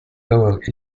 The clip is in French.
lower